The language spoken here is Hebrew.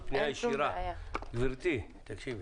גברתי, תקשיבי.